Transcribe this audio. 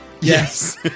yes